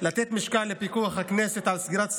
לתת משקל לפיקוח הכנסת על סגירת סניפים,